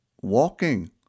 walking